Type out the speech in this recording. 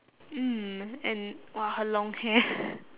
mm and !wah! her long hair